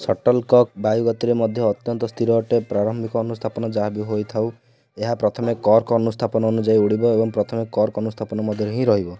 shuttle କକ୍ ବାୟୁଗତିରେ ମଧ୍ୟ ଅତ୍ୟନ୍ତ ସ୍ଥିର ଅଟେ ପ୍ରାରମ୍ଭିକ ଅନୁସ୍ଥାପନ ଯାହାବି ହୋଇଥାଉ ଏହା ପ୍ରଥମେ କର୍କ ଅନୁସ୍ଥାପନ ଅନୁଯାୟୀ ଉଡ଼ିବ ଏବଂ ପ୍ରଥମେ କର୍କ ଅନୁସ୍ଥାପନ ମଧ୍ୟରେ ହିଁ ରହିବ